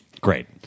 great